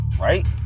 Right